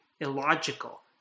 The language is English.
illogical